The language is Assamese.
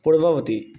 পূৰ্বৱৰ্তী